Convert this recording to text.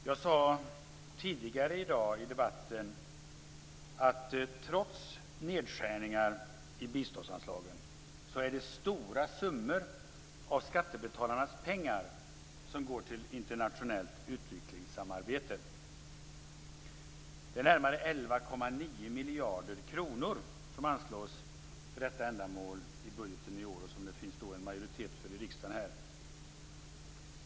Fru talman! Jag sade tidigare i dag i debatten att det trots nedskärningar i biståndsanslagen är stora summor av skattebetalarnas pengar som går till internationellt utvecklingssamarbete. Det är närmare 11,9 miljarder kronor som anslås för detta ändamål i budgeten i år. Det finns en majoritet för det i riksdagen.